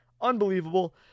Unbelievable